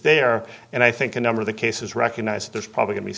there and i think a number of the cases recognize there's probably go